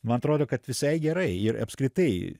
man atrodo kad visai gerai ir apskritai